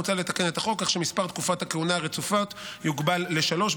מוצע לתקן את החוק כך שמספר תקופות הכהונה הרצופות יוגבל לשלוש,